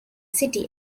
city